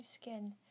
skin